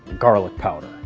garlic powder.